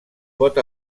pot